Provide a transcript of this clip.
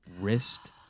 wrist